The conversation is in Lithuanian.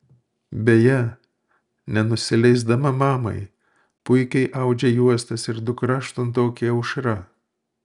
beje nenusileisdama mamai puikiai audžia juostas ir dukra aštuntokė aušra